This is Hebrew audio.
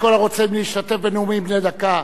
הצעת חוק לתיקון